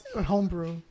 homebrew